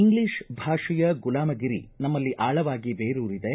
English ಭಾಷೆಯ ಗುಲಾಮಗಿರಿ ನಮ್ನಲ್ಲಿ ಆಳವಾಗಿ ಬೇರೂರಿದೆ